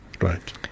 right